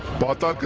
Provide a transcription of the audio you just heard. but